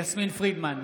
יסמין פרידמן,